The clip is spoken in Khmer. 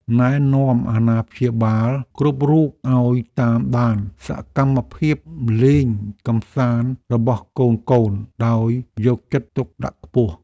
ណែនាំអាណាព្យាបាលគ្រប់រូបឱ្យតាមដានសកម្មភាពលេងកម្សាន្តរបស់កូនៗដោយយកចិត្តទុកដាក់ខ្ពស់។